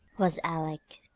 was aleck.